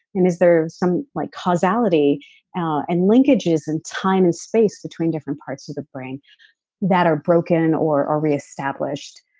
is there some like causality and linkages and time and space between different parts of the brain that are broken or or reestablished?